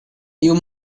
you